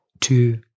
two